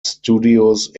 studios